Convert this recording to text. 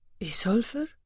Isolfer